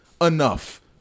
enough